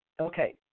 Okay